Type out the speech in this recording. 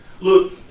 Look